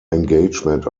engagement